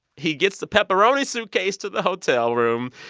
he gets the pepperoni suitcase to the hotel room.